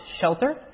shelter